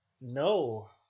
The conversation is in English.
no